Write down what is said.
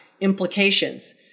implications